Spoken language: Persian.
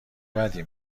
بدی